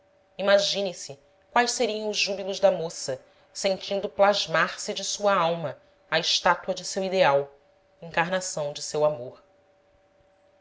imagine-se quais seriam os júbilos da moça sentindo plasmar se de sua alma a estátua de seu ideal encar nação de seu amor